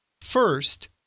First